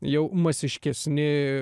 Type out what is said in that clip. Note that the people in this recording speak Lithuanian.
jau masiškesni